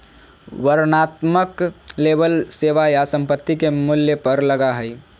वर्णनात्मक लेबल सेवा या संपत्ति के मूल्य पर लगा हइ